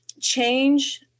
change